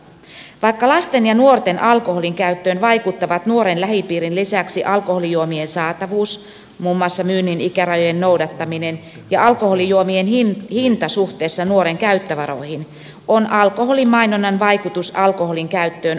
vaikka lasten ja nuorten alkoholinkäyttöön vaikuttavat nuoren lähipiirin lisäksi alkoholijuomien saatavuus muun muassa myynnin ikärajojen noudattaminen ja alkoholijuomien hinta suhteessa nuoren käyttövaroihin on alkoholimainonnan vaikutus alkoholinkäyttöön otettava huomioon